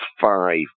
five